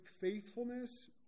faithfulness